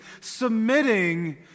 submitting